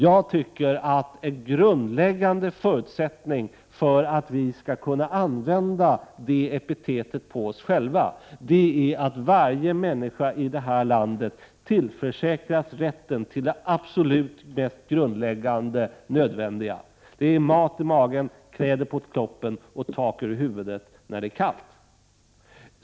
Jag tycker att en grundläggande förutsättning för att vi skall kunna använda det epitetet på oss själva är att varje människa i det här landet tillförsäkras rätten till det absolut mest grundläggande: mat i magen, kläder på kroppen och tak över huvudet när det är kallt.